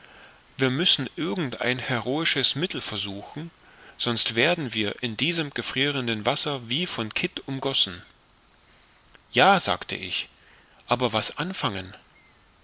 wir müssen irgend ein heroisches mittel versuchen sonst werden wir in diesem gefrierenden wasser wie von kitt umgossen ja sagte ich aber was anfangen